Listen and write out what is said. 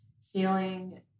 feeling